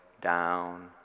Down